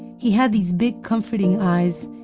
he had these big comforting eyes,